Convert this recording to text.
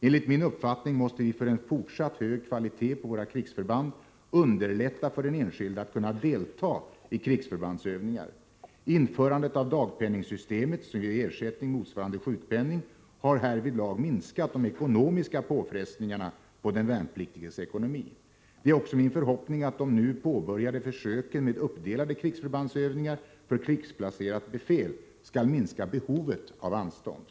Enligt min uppfattning måste vi för en fortsatt hög kvalitet på våra krigsförband underlätta för den enskilde att kunna delta i krigsförbandsövningar. Införandet av dagpenningssystemet, som ger ersättning motsvarande sjukpenning, har härvidlag minskat de ekonomiska påfrestningarna på den värnpliktiges ekonomi. Det är också min förhoppning att de nu påbörjade försöken med uppdelade krigsförbandsövningar för krigsplacerat befäl skall minska behovet av anstånd.